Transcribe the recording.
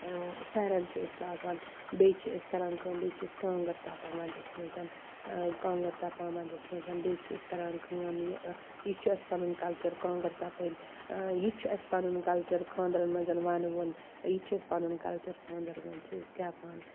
فیرَن چھِ أسۍ لاگان بیٚیہِ چھِ أسۍ کَران کٲم بیٚیہِ چھِ أسۍ کانٛگر تَپان وَندَس مَنٛز کانٛگر تَپان وَندَس مَنٛز بیٚیہِ چھِ أسۍ کَران کٲم یہِ یِتہِ چھُ اَسہِ پَنُن کَلچَر کانٛگٕر تَپٕنۍ یِتہِ چھُ اَسہِ پَنُن کَلچَر خاندرَن مَنٛز وَنوُن یِتہِ چھُ اَسہِ پَنُن کَلچَر خانٛدرَن مَنٛز چھِ أسۍ گیٚوان